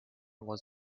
was